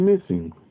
missing